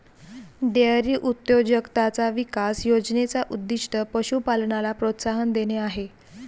dairy उद्योजकताचा विकास योजने चा उद्दीष्ट पशु पालनाला प्रोत्साहन देणे आहे